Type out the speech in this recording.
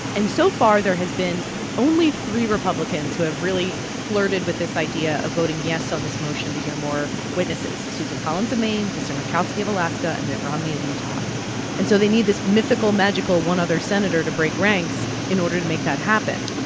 and so far, there has been only three republicans who have really flirted with this idea of voting yes on this motion to hear more witnesses susan collins of maine, lisa murkowski of alaska and mitt romney of utah and so they need this mythical, magical one other senator to break ranks in order to make that happen.